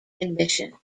admission